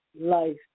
life